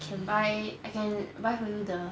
can buy I can buy for you the